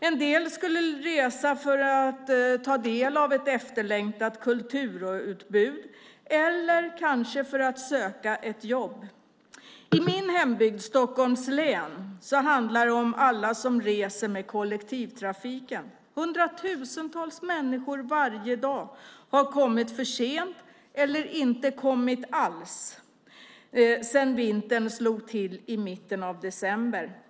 En del skulle resa för att ta del av ett efterlängtat kulturutbud eller för att söka jobb. I min hembygd, Stockholms län, handlar det om alla som reser med kollektivtrafiken. Varje dag har hundratusentals människor kommit för sent eller inte kommit alls sedan vintern slog till i mitten av december.